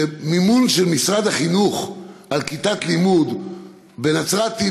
מימון של משרד החינוך לכיתת לימוד בנצרת-עילית